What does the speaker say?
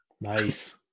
Nice